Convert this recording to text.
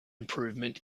improvement